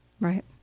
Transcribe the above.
Right